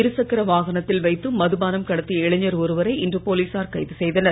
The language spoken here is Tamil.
புதுச்சேரியில் இருசக்கர வாகனத்தில் வைத்து மதுபானம் கடத்திய இளைஞர் ஒருவரை இன்று போலீசார் கைது செய்தனர்